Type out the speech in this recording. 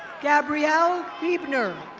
gabrielle veebner.